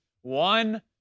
one